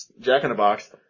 jack-in-the-box